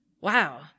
wow